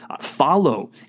follow